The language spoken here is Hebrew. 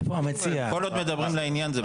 כל עוד מדברים לעניין זה בסדר.